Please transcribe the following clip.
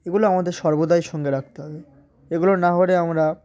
এগুলো আমাদের সর্বদাই সঙ্গে রাখতে হবে এগুলো না হলে আমরা